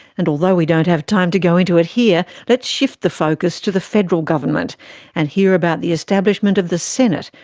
and although we don't have time to go into it here, let's shift the focus to the federal government and hear about the establishment of the senate,